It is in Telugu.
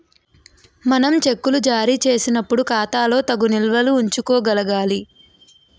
మనం చెక్కులు జారీ చేసినప్పుడు ఖాతాలో తగు నిల్వలు ఉంచుకోగలగాలి